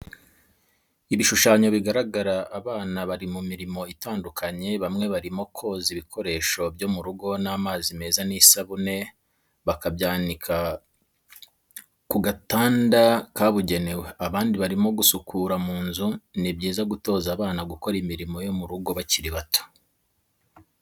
Ibishushanyo bigaragaza abana bari mu mirimo itandukanye bamwe barimo koza ibikoresho byo mu rugo n'amazi meza n'isabune bakabyanika ku gatanda kabugenewe, abandi barimo gusukura mu nzu. Ni byiza gutoza abana gukora imirimo yo mu rugo bakiri bato.